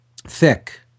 thick